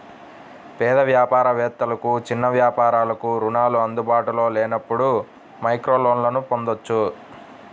పేద వ్యాపార వేత్తలకు, చిన్న వ్యాపారాలకు రుణాలు అందుబాటులో లేనప్పుడు మైక్రోలోన్లను పొందొచ్చు